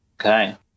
okay